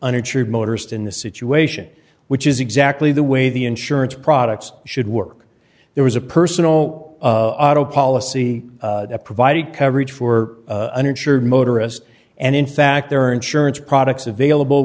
uninsured motorists in the situation which is exactly the way the insurance products should work there was a personnel policy that provided coverage for uninsured motorists and in fact there are insurance products available